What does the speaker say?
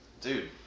dude